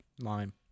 lime